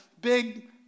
big